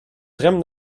tram